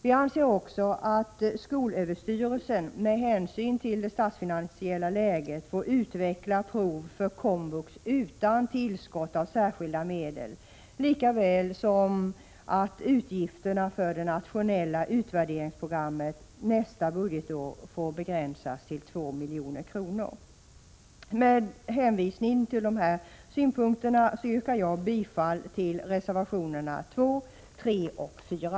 Vi anser också att skolöverstyrelsen med hänsyn till det statsfinansiella läget får utveckla prov för komvux utan tillskott av särskilda medel, lika väl som att utgifterna för det nationella utvärderingsprogrammet nästa budgetår får begränsas till 2 milj.kr. Med hänvisning till de anförda synpunkterna yrkar jag bifall till reservationerna 2, 3 och 4.